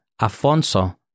Afonso